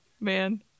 man